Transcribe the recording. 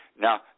Now